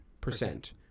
percent